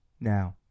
now